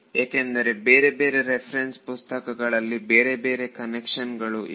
ಏಕೆಂದರೆ ಬೇರೆ ಬೇರೆ ರೆಫರೆನ್ಸ್ ಪುಸ್ತಕಗಳಲ್ಲಿ ಬೇರೆ ಬೇರೆ ಕನ್ವೆನ್ಷನ್ ಗಳು ಇವೆ